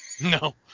No